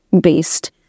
based